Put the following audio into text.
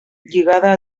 lligada